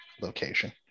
location